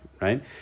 Right